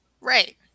Right